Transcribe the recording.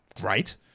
great